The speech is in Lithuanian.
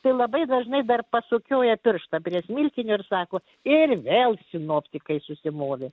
tai labai dažnai dar pasukioja pirštą prie smilkinio ir sako ir vėl sinoptikai susimovė